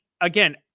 again